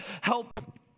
help